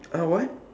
uh what